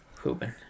Hooping